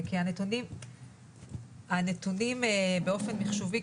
הנתונים באופן מחשובי,